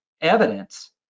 evidence